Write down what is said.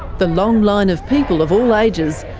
the long line of people, of all ages,